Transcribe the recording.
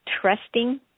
trusting